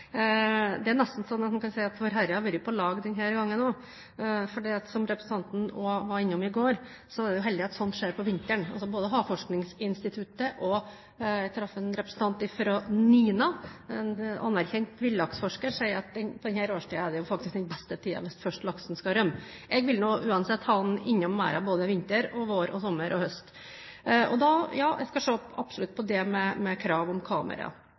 Det er nesten slik at en kan si at Vårherre har vært på lag denne gangen også. Som representanten også var innom i går, var det heldig at dette skjedde på vinteren. Både Havforskningsinstituttet og en representant for NINA som jeg traff – en anerkjent villaksforsker – sier at denne årstiden faktisk er den beste tiden hvis først laksen skal rømme. Jeg vil uansett ha den inne i merden, både vinter, vår, sommer og høst. Ja, jeg skal absolutt se på det med krav til kamera.